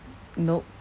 nope